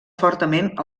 fortament